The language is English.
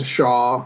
Shaw